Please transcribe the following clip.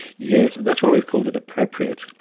yes, that's why we've called it appropriate,